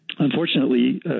Unfortunately